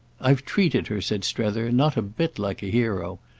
i've treated her, said strether, not a bit like a hero.